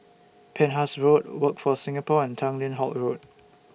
Penhas Road Workforce Singapore and Tanglin Halt Road